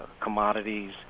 commodities